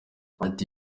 ati